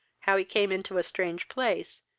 how he came into a strange place,